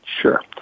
Sure